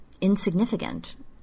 insignificant